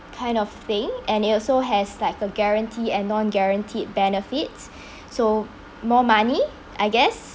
kind of thing and it also has like a guaranteed and non-guaranteed benefits so more money I guess